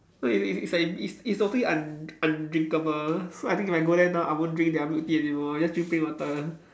so it's it's like it's it's totally un~ undrinkable so I think if I go there now I won't drink their milk tea anymore I'll just drink plain water